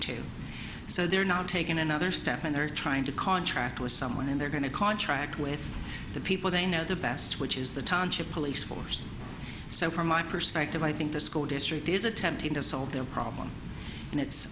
to so they're now taking another step and they're trying to contract with someone and they're going to contract with the people they know the best which is the township police force so from my perspective i think the school district is attempting to solve their problems and it's